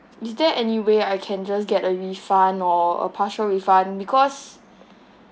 is there any way I can just get a refund or a partial refund because